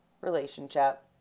relationship